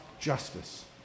justice